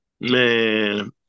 Man